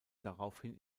daraufhin